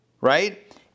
right